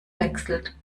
wechselt